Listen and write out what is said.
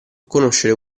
conoscere